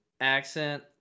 accent